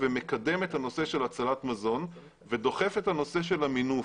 ומקדם את הנושא של הצלת מזון ודוחף את הנושא של המינוף.